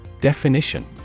Definition